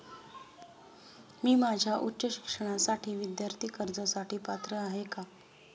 मी माझ्या उच्च शिक्षणासाठी विद्यार्थी कर्जासाठी पात्र आहे का?